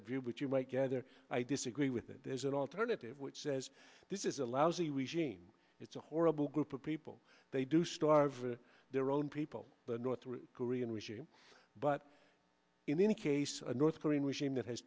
that view which you might gather i disagree with that there's an alternative which says this is a lousy regime it's a horrible group of people they do start their own people the north korean regime but in any case a north korean regime that has